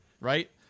right